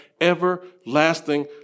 everlasting